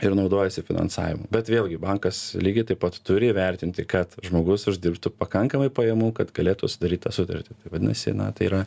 ir naudojasi finansavimu bet vėlgi bankas lygiai taip pat turi įvertinti kad žmogus uždirbtų pakankamai pajamų kad galėtų sudaryt tą sutartį vadinasi na tai yra